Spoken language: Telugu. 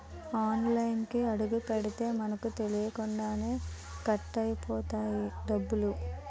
ఆన్లైన్లోకి అడుగుపెడితే మనకు తెలియకుండానే కట్ అయిపోతాయి డబ్బులు